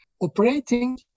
operating